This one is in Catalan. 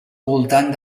voltant